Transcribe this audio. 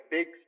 Big